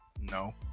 no